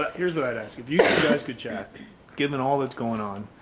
but here's what i'm asking, if you to guys could chat given all that's going on.